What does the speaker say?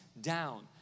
down